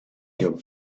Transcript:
your